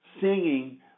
singing